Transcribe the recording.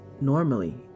Normally